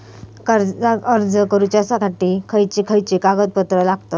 कर्जाक अर्ज करुच्यासाठी खयचे खयचे कागदपत्र लागतत